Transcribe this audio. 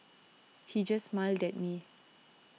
he just smiled at me